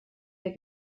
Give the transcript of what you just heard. der